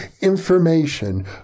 information